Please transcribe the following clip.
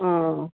অঁ